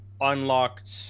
unlocked